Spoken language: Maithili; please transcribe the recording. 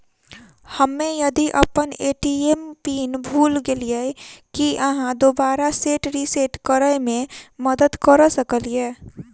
हम्मे यदि अप्पन ए.टी.एम पिन भूल गेलियै, की अहाँ दोबारा सेट रिसेट करैमे मदद करऽ सकलिये?